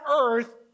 earth